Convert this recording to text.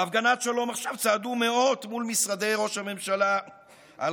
בהפגנת שלום עכשיו צעדו מאות מול משרדי ראש הממשלה על